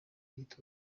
y’itora